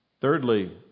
Thirdly